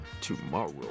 tomorrow